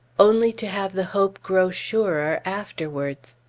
only to have the hope grow surer afterwards.